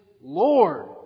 Lord